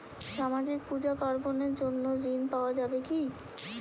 সামাজিক পূজা পার্বণ এর জন্য ঋণ পাওয়া যাবে কি?